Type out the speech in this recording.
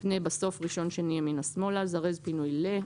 (שם הפינוי) (2)פנה בסוף/ראשון/שני/ימינה/שמאלה (3)זרז פינוי ל-...